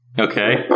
okay